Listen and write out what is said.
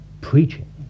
preaching